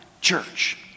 Church